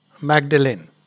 Magdalene